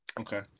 Okay